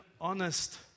honest